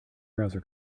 browser